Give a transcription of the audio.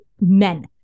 men